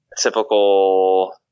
typical